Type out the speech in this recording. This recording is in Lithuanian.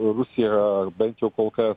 rusija yra bent jau kol kas